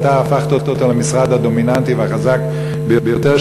אבל אתה הפכת אותו למשרד הדומיננטי והחזק ביותר,